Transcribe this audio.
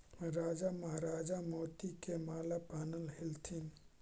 राजा महाराजा मोती के माला पहनऽ ह्ल्थिन